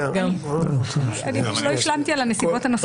הנסיבות הנוספות.